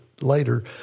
later